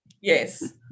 Yes